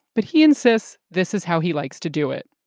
but he insists this is how he likes to do it.